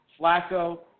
Flacco